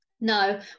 no